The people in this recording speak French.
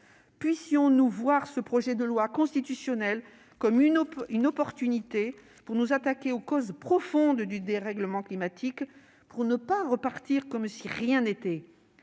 Puissions-nous voir ce projet de loi constitutionnelle comme une opportunité pour nous attaquer aux causes profondes du dérèglement climatique, pour ne pas repartir comme si de rien n'était.